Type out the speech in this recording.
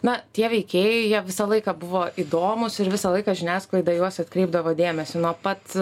na tie veikėjai jie visą laiką buvo įdomūs ir visą laiką žiniasklaida į juos atkreipdavo dėmesį nuo pats